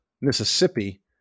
Mississippi